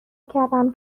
کردم